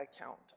account